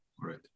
right